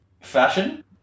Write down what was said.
fashion